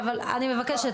אבל זה נמצא